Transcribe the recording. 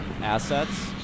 assets